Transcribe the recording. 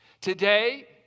Today